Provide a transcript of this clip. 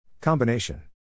Combination